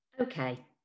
okay